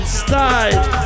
style